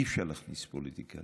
אי-אפשר להכניס פוליטיקה